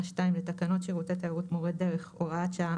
(2) לתקנות שירותי תיירות (מורי דרך) (הוראת שעה),